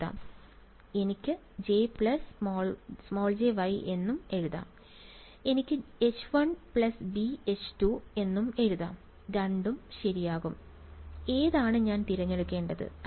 അതിനാൽ എനിക്ക് J jY എന്ന് എഴുതാം എനിക്ക് H1 b H2 എന്നും എഴുതാം രണ്ടും ശരിയാകും ഏതാണ് ഞാൻ തിരഞ്ഞെടുക്കേണ്ടത്